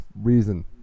reason